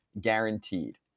guaranteed